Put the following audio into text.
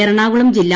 എറണാകുളം ജില്ല